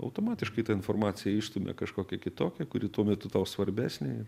automatiškai ta informacija išstumia kažkokią kitokią kuri tuo metu tau svarbesnė ir